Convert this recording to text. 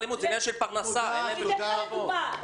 לדוגמה,